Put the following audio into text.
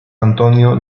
antonio